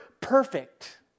perfect